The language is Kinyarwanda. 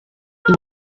ibi